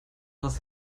was